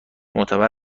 معتبر